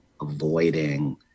avoiding